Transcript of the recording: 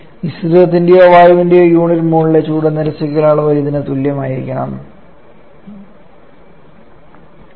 മിശ്രിതത്തിന്റെയോ വായുവിന്റെയോ യൂണിറ്റ് മോളിലെ ചൂട് നിരസിക്കൽ അളവ് ഇതിന് തുല്യമായിരിക്കണം 𝑞¯𝑜𝑢𝑡 0